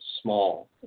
small